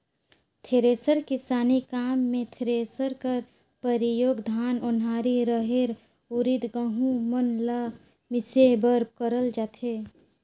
thresher किसानी काम मे थरेसर कर परियोग धान, ओन्हारी, रहेर, उरिद, गहूँ मन ल मिसे बर करल जाथे